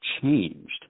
changed